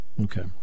Okay